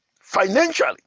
financially